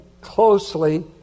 closely